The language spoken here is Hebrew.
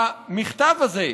מכתב זה,